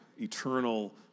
eternal